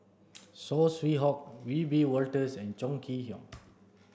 Saw Swee Hock Wiebe Wolters and Chong Kee Hiong